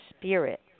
spirit